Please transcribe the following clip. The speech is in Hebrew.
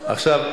הפנים,